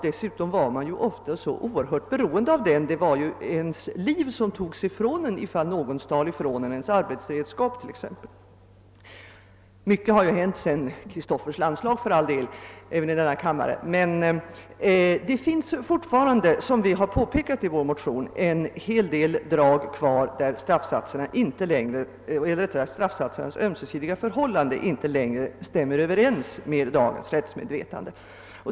Dessutom var man ofta mycket beroende av den — det var nästan ens liv som togs ifrån en om någon stal t.ex. arbetsredskapen. Mycket har för all del hänt, även i denna kammare, sedan Kristoffers landslag, men det råder fortfarande, som vi har påpekat i vår motion, relationer mellan olika straffsatser som inte stämmer med dagens rättsmedvetande.